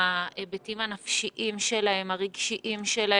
ההיבטים הנפשיים שלהם והרגשיים שלהם,